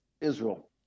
Israel